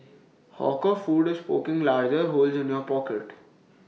hawker food is poking larger holes in your pocket